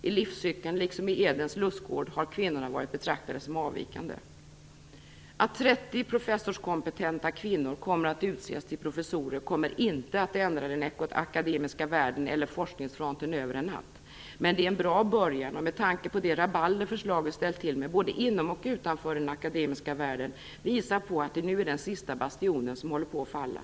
I livscykeln liksom i Edens lustgård har kvinnorna varit betraktade som avvikande. Att 30 professorskompetenta kvinnor kommer att utses till professorer kommer inte att ändra den akademiska världen och forskningsfronten över en natt. Men det är en bra början, och det rabalder förslaget har ställt till med både inom och utanför den akademiska världen visar att det nu är den sista bastionen som håller på att falla.